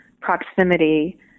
proximity